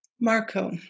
Marco